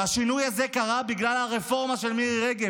והשינוי הזה קרה בגלל הרפורמה של מירי רגב,